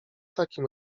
takim